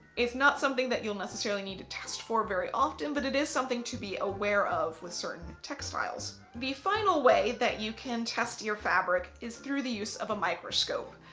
it's not something that you'll necessarily need to test for very often but it is something to be aware of with certain textiles. the final way that you can test your fabric is through the use of a microscope.